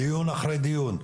דיון אחרי דיון,